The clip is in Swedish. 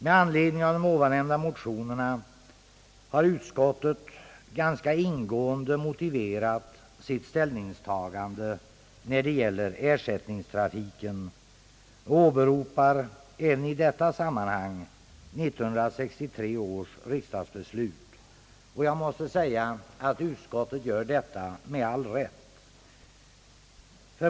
Med anledning av ovannämnda motioner har utskottet ganska ingående motiverat sitt ställningstagande, när det gäller ersättningstrafiken, och åberopar även i detta sammanhang 1963 års riksdagsbeslut, med all rätt måste jag säga.